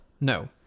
No